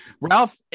Ralph